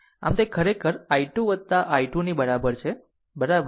આમ તે ખરેખર i 2 i 2 ની બરાબર છે બરાબર